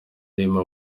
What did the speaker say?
irimo